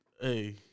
Hey